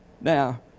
Now